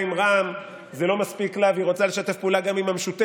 עם רע"מ זה לא מספיק לה והיא רוצה לשתף פעולה גם עם המשותפת.